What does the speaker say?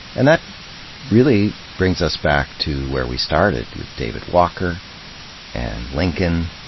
and that really brings us back to where we started, with david walker and lincoln,